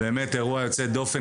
זה באמת אירוע יוצא דופן.